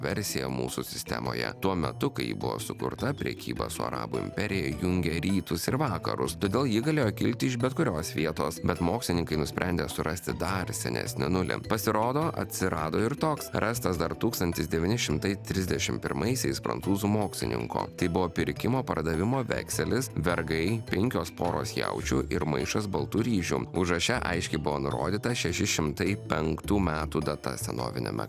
versija mūsų sistemoje tuo metu kai buvo sukurta prekyba su arabų imperija jungė rytus ir vakarus todėl ji galėjo kilti iš bet kurios vietos bet mokslininkai nusprendė surasti dar senesnį nulį pasirodo atsirado ir toks rastas dar tūkstantis devyni šimtai trisdešim pirmaisiais prancūzų mokslininko tai buvo pirkimo pardavimo vekselis vergai penkios poros jaučių ir maišas baltų ryžių užraše aiškiai buvo nurodyta šeši šimtai penktų metų data senoviniame